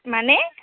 মানে